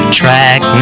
track